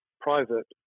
private